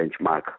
benchmark